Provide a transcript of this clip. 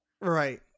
Right